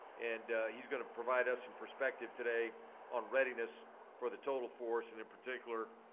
and he's going to provide us and perspective today on readiness for the total force and in particular,